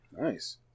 Nice